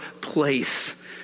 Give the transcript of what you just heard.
place